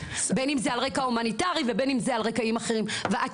בין אם זה על רקע הומניטרי ובין אם זה על רקעים אחרים ואתם,